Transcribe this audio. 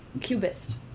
cubist